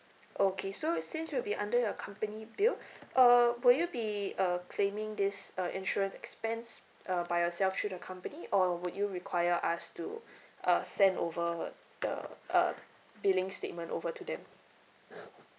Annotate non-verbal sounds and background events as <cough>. okay so since it'll be under your company bill <breath> uh will you be uh claiming this uh insurance expense uh by yourself through the company or would you require us to <breath> uh send over the uh billing statement over to them <noise>